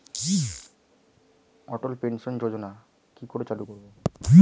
অটল pension যোজনার কি করে চালু করব?